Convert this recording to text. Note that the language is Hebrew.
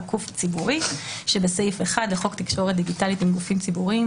"גוף ציבורי" שבסעיף 1 לחוק תקשורת דיגיטלית עם גופים ציבוריים,